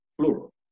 Plural